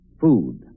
Food